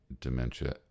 dementia